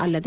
ಅಲ್ಲದೆ